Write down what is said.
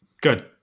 Good